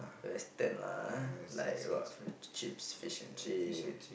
you understand lah like what f~ chips fish and chips